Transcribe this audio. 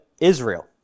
Israel